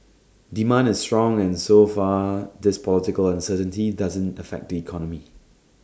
demand is strong and so far this political uncertainty doesn't affect the economy